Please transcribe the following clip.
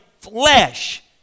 flesh